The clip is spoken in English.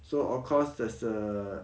so of course there's a